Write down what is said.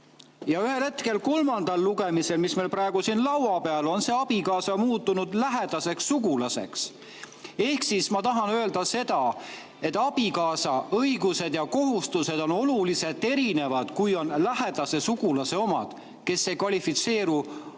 Ja ühel hetkel kolmandal lugemisel, mille [tekst] meil praegu siin laua peal on, on see "abikaasa" muutunud "lähedaseks sugulaseks". Ma tahan öelda seda, et abikaasa õigused ja kohustused on oluliselt erinevad kui lähedase sugulase omad, kes ei kvalifitseeru abikaasana.